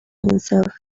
himself